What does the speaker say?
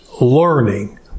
learning